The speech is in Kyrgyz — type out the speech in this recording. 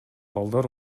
балдар